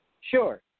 Sure